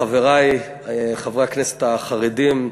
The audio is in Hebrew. חברי חברי הכנסת החרדים,